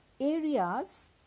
areas